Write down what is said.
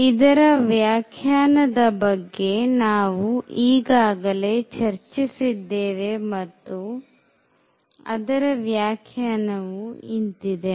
ಇದರ ವ್ಯಾಖ್ಯಾನದ ಬಗ್ಗೆ ನಾವು ಈಗಾಗಲೇ ಚರ್ಚಿಸಿದ್ದೇವೆ ಮತ್ತು ಅದರ ವ್ಯಾಖ್ಯಾನವು ಇಂತಿದೆ